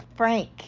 Frank